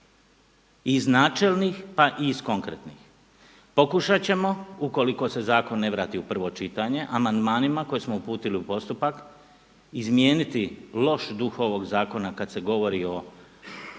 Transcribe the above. iz načelnih pa i iz konkretnih. Pokušat ćemo ukoliko se zakon ne vrati u prvo čitanje amandmanima koje smo uputili u postupak izmijeniti loš duh ovog zakona kad se govorio